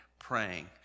praying